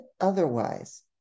otherwise